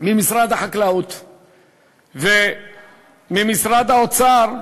ממשרד החקלאות וממשרד האוצר.